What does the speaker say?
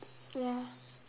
ya